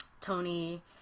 Tony